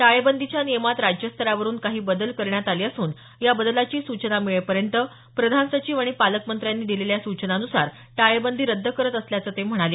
टाळेबंदीच्या नियमात राज्यस्तरावरुन काही बदल करण्यात आले असून या बदलाची सूचना मिळेपर्यंत प्रधान सचिव आणि पालकमंत्र्यांनी दिलेल्या सूचनांनुसार टाळेबंदी रद्द करत असल्याचं ते म्हणाले